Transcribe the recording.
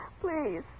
Please